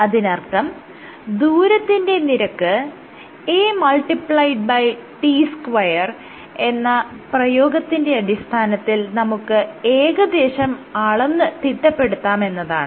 അതിനർത്ഥം ദൂരത്തിന്റെ നിരക്ക് at2 എന്ന പ്രയോഗത്തിന്റെ അടിസ്ഥാനത്തിൽ നമുക്ക് ഏകദേശം അളന്ന് തിട്ടപ്പെടുത്താം എന്നതാണ്